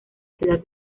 ciudad